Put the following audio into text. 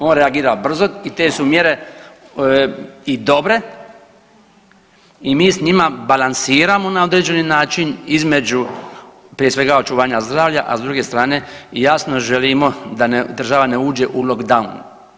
On reagira brzo i te su mjere i dobre i mi s njima balansiramo na određeni način između, prije svega, očuvanja zdravlja, a s druge strane, jasno želimo da država ne uđe u lockdown.